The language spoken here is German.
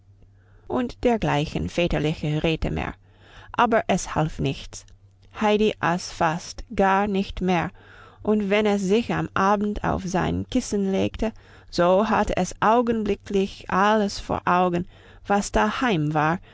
und dergleichen väterlicher räte mehr aber es half nichts heidi aß fast gar nicht mehr und wenn es sich am abend auf sein kissen legte so hatte es augenblicklich alles vor augen was daheim war